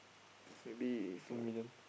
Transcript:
maybe is like